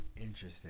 Interesting